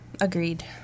Agreed